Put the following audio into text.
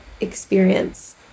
experience